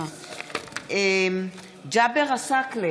ג'אבר עסאקלה,